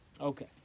Okay